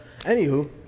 anywho